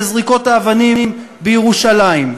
בזריקות האבנים בירושלים.